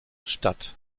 statt